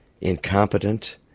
incompetent